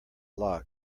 lock